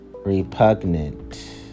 Repugnant